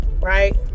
right